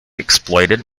exploited